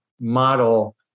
model